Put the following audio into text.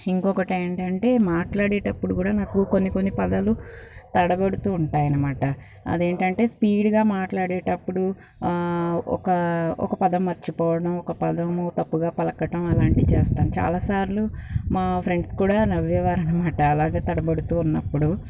ఇంకొకటి ఏంటంటే మాట్లాడేటప్పుడు నాకు కొన్ని కొన్ని పదాలు తడపడుతూ ఉంటాయన్నమాట అదేంటంటే స్పీడ్గా మాట్లాడేటప్పుడు ఒక ఒక పదం మర్చిపోవడం ఒక పదం తప్పుగా పలకడం అలాంటివి చేస్తాను చాలాసార్లు మా ఫ్రెండ్స్ కూడా నవ్వే వారన్నమాట అలాగా తడబడుతూ ఉన్నప్పుడు